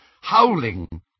howling